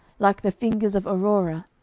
like the fingers of aurora,